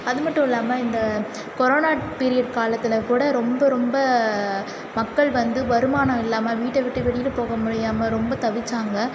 அது மட்டும் இல்லாமல் இந்த கொரோனா பீரியட் காலத்துலக் கூட ரொம்ப ரொம்ப மக்கள் வந்து வருமானம் இல்லாமல் வீட்டை விட்டு வெளியில் போக முடியாமல் ரொம்ப தவிச்சாங்க